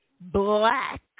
black